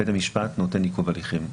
בית המשפט נותן עיכוב הליכים.